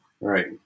Right